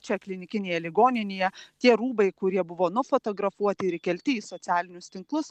čia klinikinėje ligoninėje tie rūbai kurie buvo nufotografuoti ir įkelti į socialinius tinklus